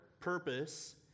purpose